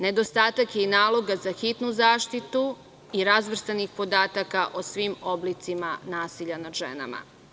Nedostatak je i naloga za hitnu zaštitu, i razvrstanih podataka o svim oblicima nasilja nad ženama.